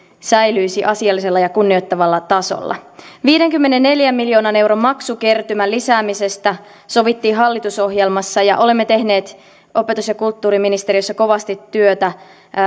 säilyisi asiallisella ja kunnioittavalla tasolla viidenkymmenenneljän miljoonan euron maksukertymän lisäämisestä sovittiin hallitusohjelmassa ja olemme tehneet opetus ja kulttuuriministeriössä kovasti työtä